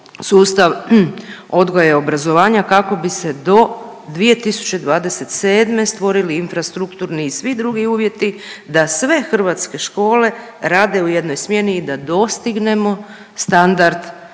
sustav odgoja i obrazovanja kako bi se do 2027. stvorili infrastrukturni i svi drugi uvjeti da sve hrvatske škole rade u jednoj smjeni i da dostignemo standard